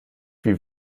wie